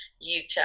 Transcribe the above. Utah